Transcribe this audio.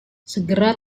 segera